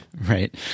Right